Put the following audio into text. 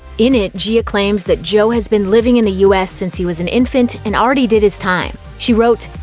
in it, gia claims that joe has been living in the u s. since he was an infant and already did his time. she wrote,